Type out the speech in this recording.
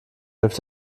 hilft